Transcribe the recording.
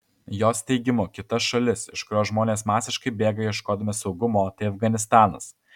jos teigimu kita šalis iš kurios žmonės masiškai bėga ieškodami saugumo tai afganistanas